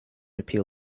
appeal